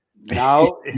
now